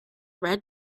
red